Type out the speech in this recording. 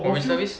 我 reservist